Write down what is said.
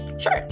Sure